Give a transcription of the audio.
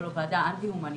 האנטי-הומניטארית.